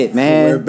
man